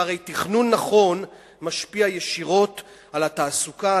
שהרי תכנון נכון משפיע ישירות על התעסוקה,